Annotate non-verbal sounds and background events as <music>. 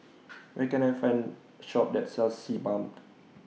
<noise> Where Can I Find Shop that sells Sebamed